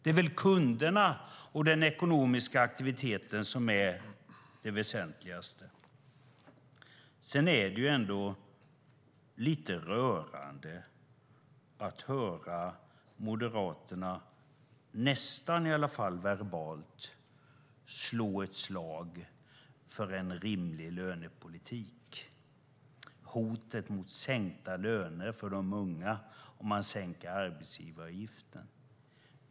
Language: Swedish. Det är väl kunderna och den ekonomiska aktiviteten som är det väsentligaste. Det är ändå lite rörande att höra Moderaterna verbalt nästan slå ett slag för en rimlig lönepolitik. Det gäller hotet om sänkta löner för de unga om man höjer arbetsgivaravgiften.